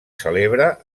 celebra